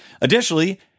Additionally